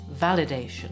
validation